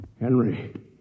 Henry